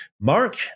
Mark